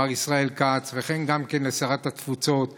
מר גבי אשכנזי וגם לשרת התפוצות הגב'